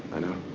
i know.